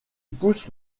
pousse